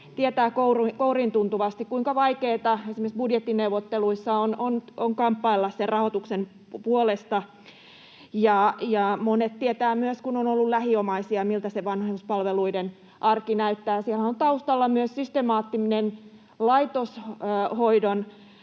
tietävät kouriintuntuvasti, kuinka vaikeata esimerkiksi budjettineuvotteluissa on kamppailla sen rahoituksen puolesta. Ja monet tietävät myös, kun on ollut lähiomaisia, miltä se vanhuspalveluiden arki näyttää. Siellähän on taustalla myös systemaattinen laitoshoidon